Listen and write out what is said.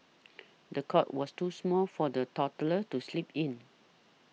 the cot was too small for the toddler to sleep in